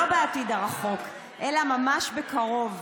לא בעתיד הרחוק אלא ממש בקרוב,